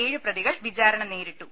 ഏഴ് പ്രതികൾ വിചാരണ നേരിട്ടു